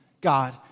God